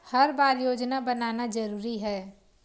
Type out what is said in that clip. हर बार योजना बनाना जरूरी है?